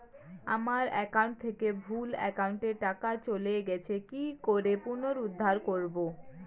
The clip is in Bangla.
আমার একাউন্ট থেকে ভুল একাউন্টে টাকা চলে গেছে কি করে পুনরুদ্ধার করবো?